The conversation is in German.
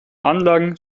anlagen